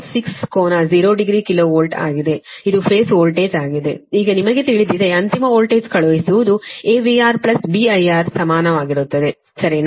6 ಕೋನ 0 degree kilovolt ಆಗಿದೆ ಇದು ಫೇಸ್ ವೋಲ್ಟೇಜ್ ಆಗಿದೆ ಈಗ ನಿಮಗೆ ತಿಳಿದಿದೆ ಅಂತಿಮ ವೋಲ್ಟೇಜ್ ಕಳುಹಿಸುವುದು AVR BIR ಸಮಾನವಾಗಿರುತ್ತದೆ ಸರಿನಾ